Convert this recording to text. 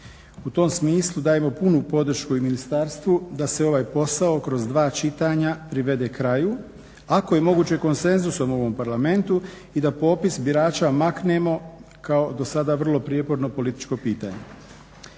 U tom smislu dajemo punu podršku i ministarstvu da se ovaj posao kroz dva čitanja privede kraju, ako je moguće konsenzusom u ovom Parlamentu i da popis birača maknemo kao do sada vrlo prijeporno političko pitanje.